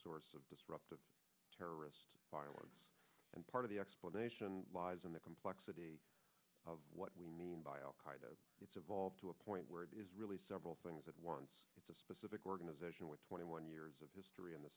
source of disruptive terrorist violence and part of the explanation lies in the complexity of what we mean by al qaeda it's evolved to a point where it is really several things at once it's a specific organization with twenty one years of history in the